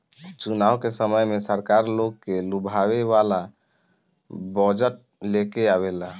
चुनाव के समय में सरकार लोग के लुभावे वाला बजट लेके आवेला